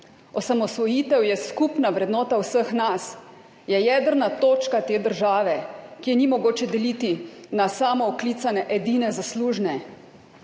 osamosvojitev je skupna vrednota vseh nas, je jedrna točka te države, ki je ni mogoče deliti na samooklicane, edine zaslužne.